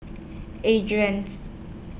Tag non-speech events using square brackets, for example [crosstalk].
Adrain [unintelligible]